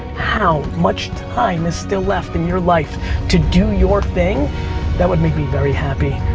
how much time is still left in your life to do your thing that would make me very happy.